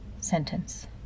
sentence